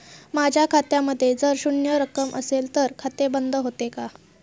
माझ्या खात्यामध्ये जर शून्य रक्कम असेल तर खाते बंद होते का?